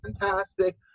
fantastic